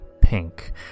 pink